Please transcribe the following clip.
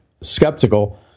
skeptical